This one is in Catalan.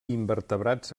invertebrats